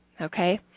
Okay